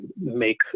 make